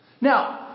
Now